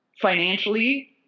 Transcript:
financially